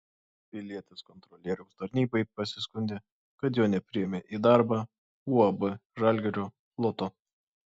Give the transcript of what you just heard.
pilietis kontrolieriaus tarnybai pasiskundė kad jo nepriėmė į darbą uab žalgirio loto